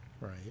Right